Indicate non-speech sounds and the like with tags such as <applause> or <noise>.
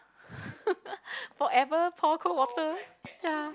<laughs> forever pour cold water ya